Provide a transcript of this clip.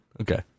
Okay